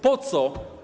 Po co?